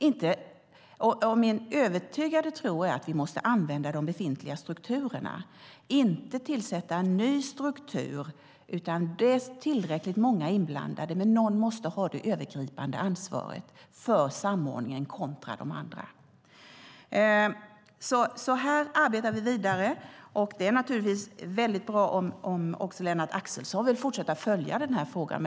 Jag är övertygad om att vi måste använda de befintliga strukturerna och inte tillsätta en ny struktur. Det är tillräckligt många inblandade, men någon måste ha det övergripande ansvaret för samordningen med de andra. Här arbetar vi vidare, och det är mycket bra om också Lennart Axelsson vill fortsätta att följa den här frågan.